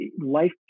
life